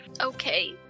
Okay